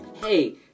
hey